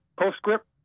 Postscript